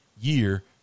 year